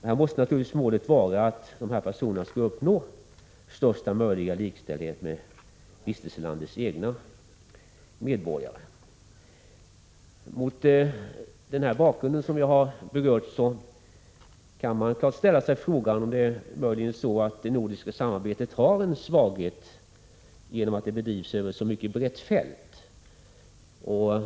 Målet måste naturligtvis vara att de här personerna skall uppnå största möjliga likställighet med vistelselandets egna medborgare. Mot den bakgrund som jag har berört kan man ställa sig frågan om det möjligen är så att det nordiska samarbetet har en svaghet genom att det bedrivs över ett mycket brett fält.